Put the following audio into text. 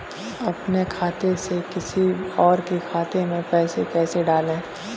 अपने खाते से किसी और के खाते में पैसे कैसे डालें?